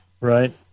Right